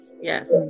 yes